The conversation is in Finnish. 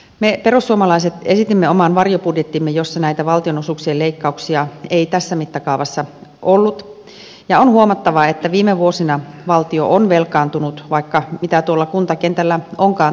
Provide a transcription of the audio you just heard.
me perussuomalaiset esitimme oman varjobudjettimme jossa näitä valtionosuuksien leikkauksia ei tässä mittakaavassa ollut ja on huomattava että viime vuosina valtio on velkaantunut vaikka mitä tuolla kuntakentällä onkaan tapahtunut